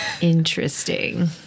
Interesting